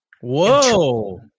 Whoa